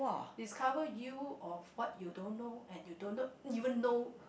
discover you of what you don't know and you don't not even know